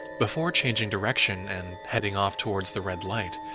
before changing direction and heading off towards the red light.